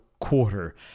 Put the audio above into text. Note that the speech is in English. quarter